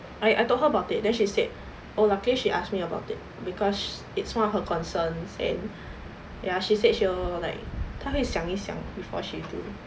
I I told her about it then she said oh lucky she asked me about it because it's one of her concerns and ya she said she will like 她会想一想 before she do